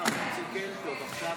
158) (היתר לבתים מאזנים בייעוד קרקע למטרת מגורים),